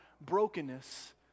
brokenness